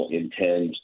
intend